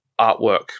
artwork